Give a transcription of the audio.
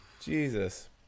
Jesus